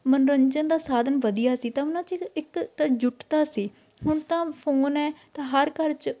ਮਨੋਰੰਜਨ ਦਾ ਸਾਧਨ ਵਧੀਆ ਸੀ ਤਾਂ ਉਹਨਾਂ 'ਚ ਇੱਕ ਇੱਕ ਤਾਂ ਜੁੱਟਤਾ ਸੀ ਹੁਣ ਤਾਂ ਫੋਨ ਹੈ ਤਾਂ ਹਰ ਘਰ 'ਚ